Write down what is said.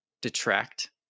detract